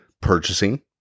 purchasing